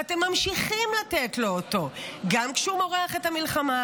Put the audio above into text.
ואתם ממשיכים לתת לו אותו גם כשהוא מורח את המלחמה,